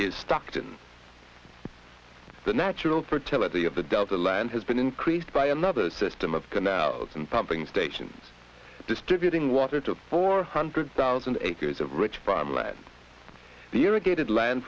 is stockton the natural fertility of the delta land has been increased by another system of canals and pumping stations distributing water to four hundred thousand acres of rich farmland the irrigated land